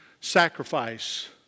Sacrifice